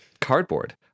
cardboard